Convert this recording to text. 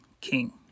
King